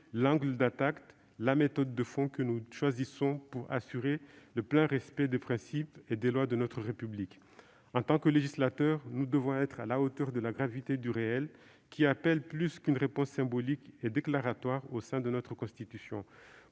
l'angle d'attaque, la méthode de fond que nous choisissons pour assurer le plein respect des principes et des lois de notre République. En tant que législateurs, nous devons être à la hauteur de la gravité du réel, qui appelle plus qu'une réponse symbolique et déclaratoire au sein de notre Constitution.